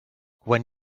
when